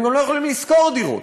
הם גם לא יכולים לשכור דירות,